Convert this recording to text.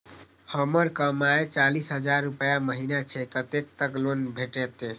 हमर कमाय चालीस हजार रूपया महिना छै कतैक तक लोन भेटते?